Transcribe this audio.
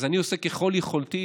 אז אני עושה ככל יכולתי,